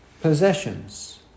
possessions